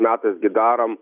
metais gi darom